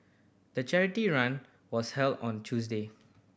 the charity run was held on Tuesday